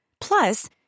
Plus